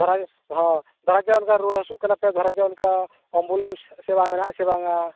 ᱫᱷᱚᱨᱟ ᱡᱟᱜ ᱚᱱᱠᱟ ᱨᱩᱣᱟᱹ ᱦᱟᱹᱥᱩᱜ ᱠᱟᱱᱟ ᱯᱮ ᱫᱷᱚᱨᱟᱡᱟ ᱚᱱᱠᱟ ᱮᱢᱵᱩᱞᱮᱱᱥ ᱥᱮᱵᱟ ᱢᱮᱱᱟᱜᱼᱟ ᱥᱮ ᱵᱟᱝᱟ